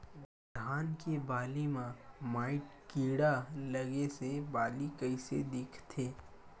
धान के बालि म माईट कीड़ा लगे से बालि कइसे दिखथे?